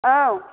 औ